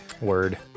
Word